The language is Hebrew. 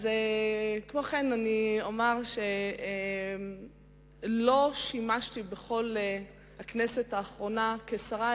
כמו כן אני אומר שלא שימשתי במהלך כל כהונת הכנסת האחרונה כשרה